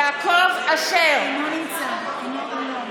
יעקב אשר, אינו נמצא.